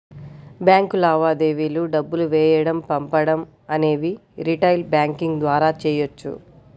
bank లావాదేవీలు డబ్బులు వేయడం పంపడం అనేవి రిటైల్ బ్యాంకింగ్ ద్వారా చెయ్యొచ్చు